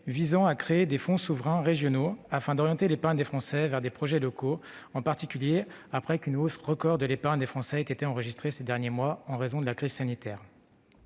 vise à créer des fonds souverains régionaux, afin d'orienter l'épargne des Français vers des projets locaux. En effet, une hausse record de cette épargne a été enregistrée ces derniers mois, en raison de la crise sanitaire.